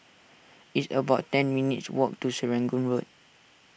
it's about ten minutes' walk to Serangoon Road